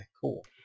cool